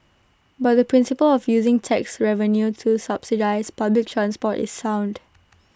but the principle of using tax revenue to subsidise public transport is sound